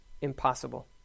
impossible